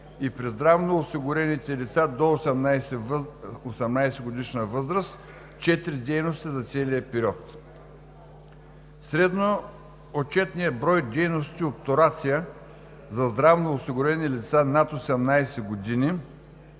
и при здравноосигурените лица до 18 годишна възраст четири дейности за целия период. Средно отчетният брой дейности „обтурация“ за здравноосигурени лица над 18 години